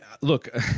look